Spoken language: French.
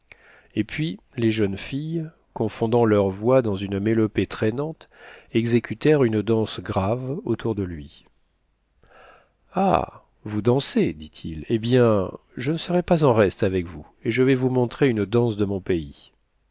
et puis les jeunes filles confondant leurs voix dans une mélopée traînante exécutèrent une danse grave autour de lui ah vous dansez dit-il eh bien je ne serai pas en reste avec vous et je vais vous montrer une danse de mon pays